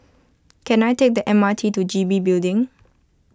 can I take the M R T to G B Building